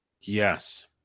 Yes